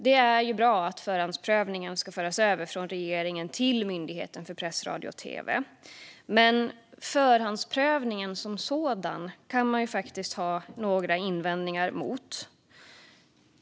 Det är bra att förhandsprövningen ska föras över från regeringen till Myndigheten för press, radio och tv, men förhandsprövningen som sådan kan man faktiskt ha några invändningar mot.